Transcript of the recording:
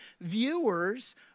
viewers